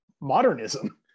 modernism